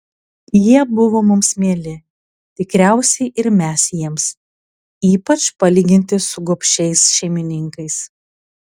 jie buvo mums mieli tikriausiai ir mes jiems ypač palyginti su gobšiais šeimininkais